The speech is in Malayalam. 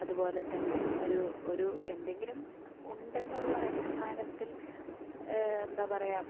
അതുപോലെ തന്നെ ഒരു ഒരു എന്തെങ്കിലും ഉണ്ടെന്നുള്ള അടിസ്ഥാനത്തിൽ എന്താ പറയാ